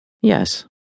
yes